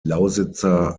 lausitzer